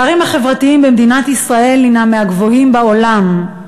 הפערים החברתיים במדינת ישראל הם מהגדולים בעולם.